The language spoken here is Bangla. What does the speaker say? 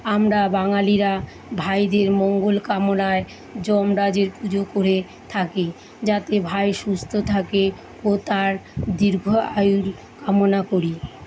আমরা বাঙালিরা ভাইদের মঙ্গল কামনায় যমরাজের পুজো করে থাকি যাতে ভাই সুস্থ থাকে ও তার দীর্ঘ আয়ুর কামনা করি